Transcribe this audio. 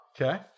Okay